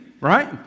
Right